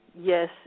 Yes